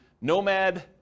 Nomad